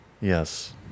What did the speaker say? Yes